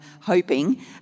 hoping